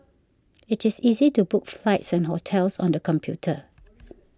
it is easy to book flights and hotels on the computer